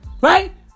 Right